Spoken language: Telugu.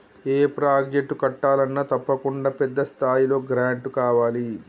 ఏ ప్రాజెక్టు కట్టాలన్నా తప్పకుండా పెద్ద స్థాయిలో గ్రాంటు కావాలి